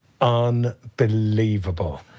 Unbelievable